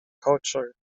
culture